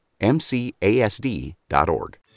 MCASD.org